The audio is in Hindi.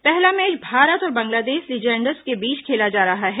पहला मैच भारत और बांग्लादेश लीजेंड्स के बीच खेला जा रहा है